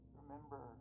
remember